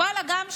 ואללה, גם שאלה.